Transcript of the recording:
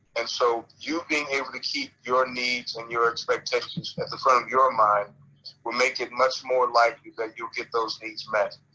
and so you being able to keep your needs and your expectations at the front of your mind will make it much more likely that you'll get those needs met.